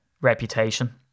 reputation